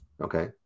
okay